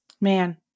Man